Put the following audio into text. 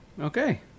Okay